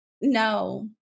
no